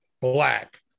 black